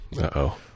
Uh-oh